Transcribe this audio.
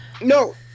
No